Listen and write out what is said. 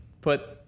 put